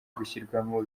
gushyirwamo